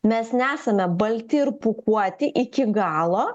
mes nesame balti ir pūkuoti iki galo